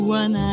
one